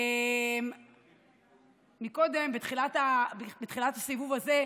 קודם, בתחילת הסיבוב הזה,